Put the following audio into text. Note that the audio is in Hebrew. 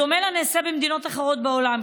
בדומה לנעשה במדינות אחרות בעולם,